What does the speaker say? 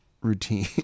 routine